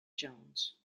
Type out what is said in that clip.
jones